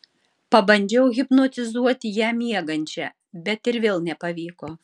pabandžiau hipnotizuoti ją miegančią bet ir vėl nepavyko